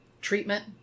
treatment